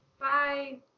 bye